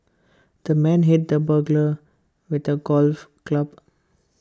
the man hit the burglar with A golf club